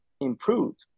improved